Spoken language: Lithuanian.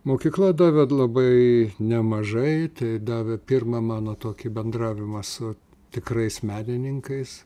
mokykla davė labai nemažai tai davė pirmą mano tokį bendravimą su tikrais menininkais